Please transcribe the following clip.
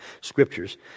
scriptures